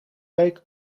week